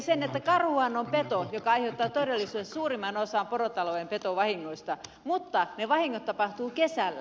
karhuhan on peto joka aiheuttaa todellisuudessa suurimman osan porotalouden petovahingoista mutta ne vahingot tapahtuvat kesällä